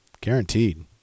guaranteed